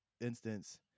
instance